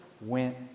went